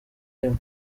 rimwe